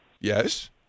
yes